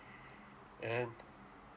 and